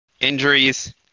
Injuries